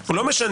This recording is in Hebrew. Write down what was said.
זה לא משנה,